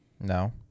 No